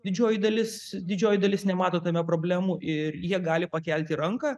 didžioji dalis didžioji dalis nemato tame problemų ir jie gali pakelti ranką